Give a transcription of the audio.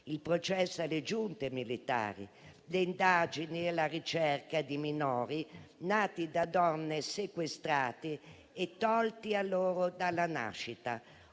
il processo alle giunte militari; le indagini e la ricerca di minori nati da donne sequestrate e tolti loro dalla nascita,